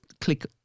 click